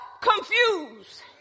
confused